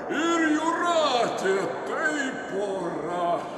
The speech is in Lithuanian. ir jūratė tai pora